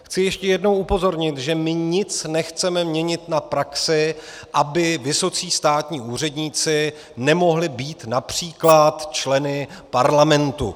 Chci ještě jednou upozornit, že my nic nechceme měnit na praxi, aby vysocí státní úředníci nemohli být například členy parlamentu.